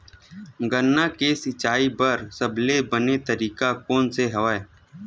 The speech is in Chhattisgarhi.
गन्ना के सिंचाई बर सबले बने तरीका कोन से हवय?